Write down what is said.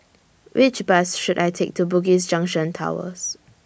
Which Bus should I Take to Bugis Junction Towers